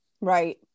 Right